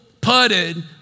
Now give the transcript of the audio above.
putted